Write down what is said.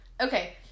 Okay